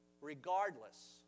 regardless